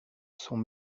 sont